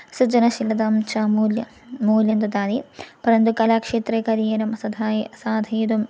सृजनशीलतां अमूल्य मूल्यं ददाति परन्तु कलाक्षेत्रे करियरं साधाना साधयितुं